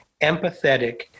empathetic